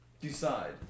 Decide